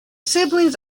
siblings